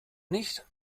nicht